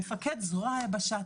מפקד זרוע היבשה,